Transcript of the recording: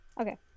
Okay